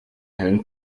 hellen